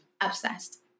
obsessed